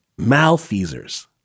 Malfeasers